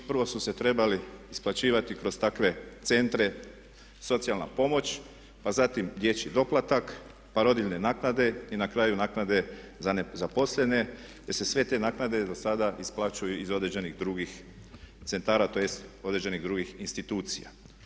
Prvo su se trebali isplaćivati kroz takve centre socijalna pomoć pa zatim dječji doplatak pa rodiljine naknade i na kraju naknade za nezaposlene jer se sve te naknade za sada isplaćuju iz određenih drugih centara tj. Određenih drugih institucija.